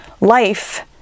Life